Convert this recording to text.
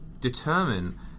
determine